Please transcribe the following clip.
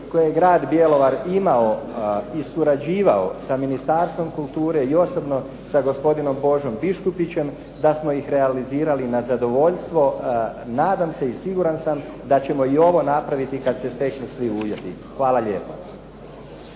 koje je grad Bjelovar imao i surađivao sa Ministarstvo kulture i osobno sa gospodinom Božom Biškupićem da smo ih realizirali na zadovoljstvo. Nadam se i siguran sam da ćemo i ovo napraviti kad se steknu svi uvjeti. Hvala lijepa.